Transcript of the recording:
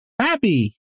happy